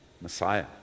Messiah